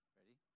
ready